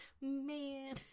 man